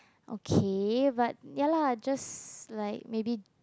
okay but ya lah just like maybe